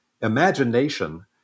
Imagination